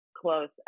close